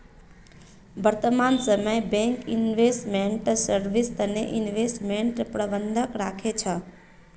वर्तमान समयत bank investment service तने इन्वेस्टमेंट प्रबंधक राखे छे